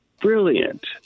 brilliant